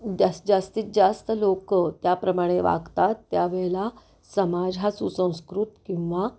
जास जास्तीत जास्त लोकं त्याप्रमाणे वागतात त्या वेळेला समाज हा सुसंस्कृत किंवा